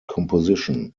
composition